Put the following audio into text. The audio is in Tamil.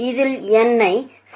இதில் n ஐ ∑f ஆக குறிப்பிடலாம்